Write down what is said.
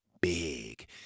big